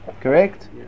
Correct